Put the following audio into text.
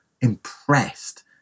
impressed